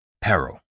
Peril